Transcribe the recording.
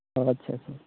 ᱟᱪᱪᱷᱟ ᱪᱷᱟ ᱪᱷᱟ